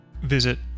Visit